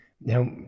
now